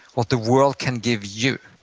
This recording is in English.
what the world can give you.